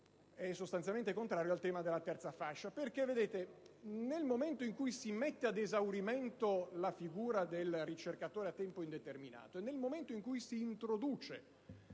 sostanzialmente contrario, come anche il Ministro, a questa ipotesi perché, nel momento in cui si mette ad esaurimento la figura del ricercatore a tempo indeterminato e nel momento in cui si introduce